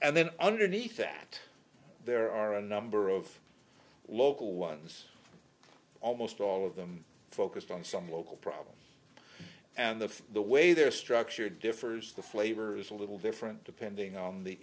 and then underneath that there are a number of local ones almost all of them focused on some local problems and the the way they're structured differs the flavors a little different depending on the